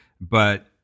but-